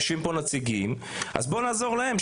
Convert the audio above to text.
יושבים פה נציגים אז בואו נעזור להם,